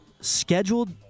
scheduled